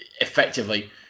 effectively